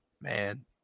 man